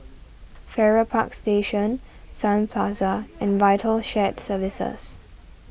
Farrer Park Station Sun Plaza and Vital Shared Services